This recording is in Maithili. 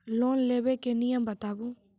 लोन लेबे के नियम बताबू?